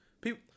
people